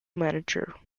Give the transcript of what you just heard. manager